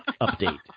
update